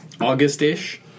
August-ish